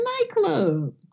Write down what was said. nightclub